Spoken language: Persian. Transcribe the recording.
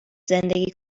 زندگی